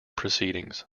proceedings